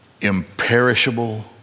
imperishable